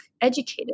Educated